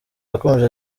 yakomeje